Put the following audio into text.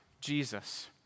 Jesus